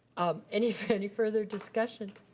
um any any further discussion?